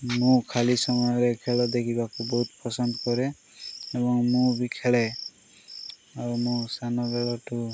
ମୁଁ ଖାଲି ସମୟରେ ଖେଳ ଦେଖିବାକୁ ବହୁତ ପସନ୍ଦ କରେ ଏବଂ ମୁଁ ବି ଖେଳେ ଆଉ ମୁଁ ସାନବେଳଠୁ